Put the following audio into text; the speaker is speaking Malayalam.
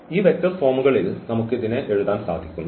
ഈ വെക്റ്റർ ഫോമുകളിൽ നമുക്ക് ഇതിനെ എഴുതാൻ സാധിക്കുന്നു